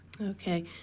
Okay